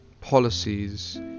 policies